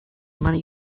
money